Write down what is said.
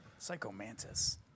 Psychomantis